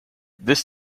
this